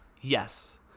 Yes